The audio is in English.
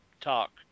talk